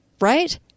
Right